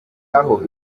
aho